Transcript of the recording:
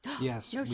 yes